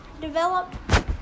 developed